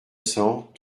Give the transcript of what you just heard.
cents